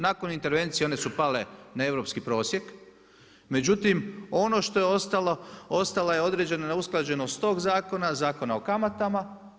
Nakon intervencije one su pale na europski prosjek, međutim, ono što je ostalo, ostala je određena neusklađenost tog zakona, zakona o kamatama.